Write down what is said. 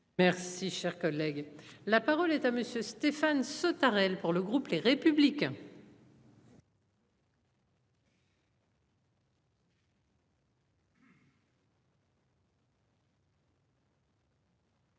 Merci, cher collègue, la parole est à monsieur Stéphane Sautarel pour le groupe Les Républicains.